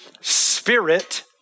spirit